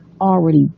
already